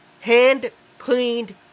hand-cleaned